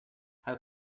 how